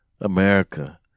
America